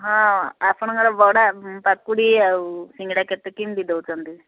ହଁ ଆପଣଙ୍କର ବରା ପକୁଡ଼ି ଆଉ ସିଙ୍ଗଡ଼ା କେତେ କେମିତି ଦେଉଛନ୍ତି